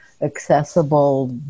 accessible